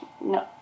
no